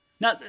Now